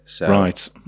Right